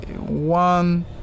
one